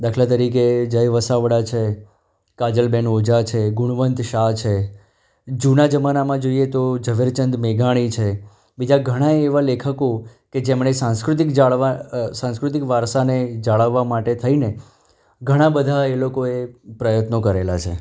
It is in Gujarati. દાખલા તરીકે જય વસાવડા છે કાજલ બેન ઓઝા છે ગુણવંત શાહ છે જૂના જમાનામાં જોઈએ તો ઝવેરચંદ મેઘાણી છે બીજા ઘણા એવા લેખકો કે જેમણે સાંસ્કૃતિક જાળવા સાસંકૃતિક વારસાને જાળવવા માટે થઈને ઘણા બધા એ લોકોએ પ્રયત્નો કરેલા છે